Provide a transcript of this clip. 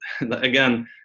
again –